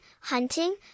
hunting